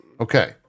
Okay